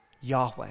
Yahweh